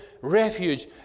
refuge